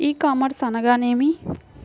ఈ కామర్స్ అనగా నేమి?